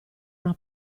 una